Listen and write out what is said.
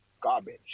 garbage